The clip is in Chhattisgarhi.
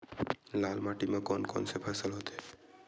लाल माटी म कोन कौन से फसल होथे?